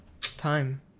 time